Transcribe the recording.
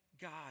God